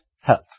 health